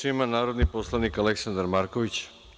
Reč ima narodni poslanik Aleksandar Marković.